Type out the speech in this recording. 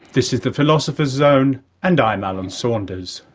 this is the philosopher's zone and i'm alan saunders.